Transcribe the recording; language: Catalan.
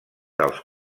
dels